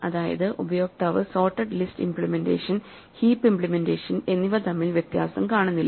അതായത് ഉപയോക്താവ് sorted list implementation heap implementation എന്നിവ തമ്മിൽ വ്യത്യാസം കാണുന്നില്ല